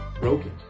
broken